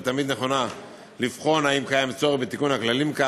ותמיד נכונה לבחון אם קיים צורך בתיקון הכללים.